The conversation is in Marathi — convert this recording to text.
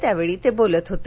त्यावेळी ते बोलत होते